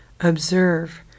Observe